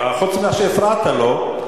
חוץ ממה שהפרעת לו,